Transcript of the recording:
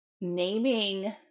Naming